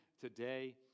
today